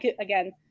Again